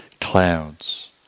clouds